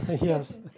Yes